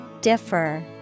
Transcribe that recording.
Differ